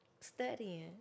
Studying